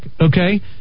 Okay